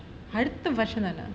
அடுத்த வருஷம் தான:adutha varusham thaana